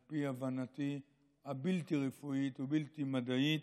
על פי הבנתי הבלתי-רפואית, הבלתי-מדעית,